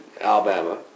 Alabama